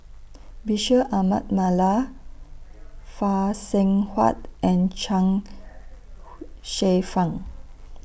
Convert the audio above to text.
Bashir Ahmad Mallal Phay Seng Whatt and Chuang Hsueh Fang